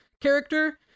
character